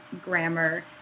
grammar